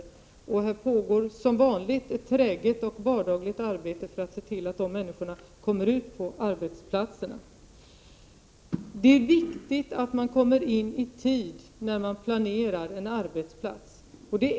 Som vanligt pågår ett träget och vardagligt arbete för att se till att dessa människor kommer ut på arbetsplatserna. Det är viktigt att komma in i tid när man planerar en arbetsplats.